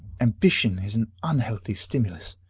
ambition is an unhealthy stimulus.